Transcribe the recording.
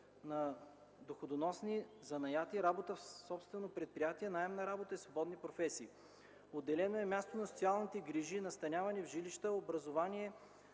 на доходоносни занятия – работа в собствено предприятие, наемна работа и свободни професии. Отделено е място на социалните грижи, настаняване в жилища, образование